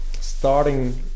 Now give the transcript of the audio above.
starting